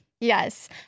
Yes